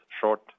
short